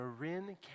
Marin